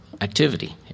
activity